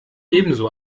ebenso